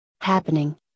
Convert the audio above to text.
happening